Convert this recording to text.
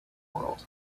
world